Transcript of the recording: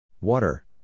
Water